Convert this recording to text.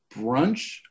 brunch